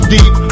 Deep